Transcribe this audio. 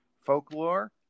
folklore